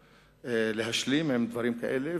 להשלים עם דברים כאלה,